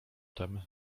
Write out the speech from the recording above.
tem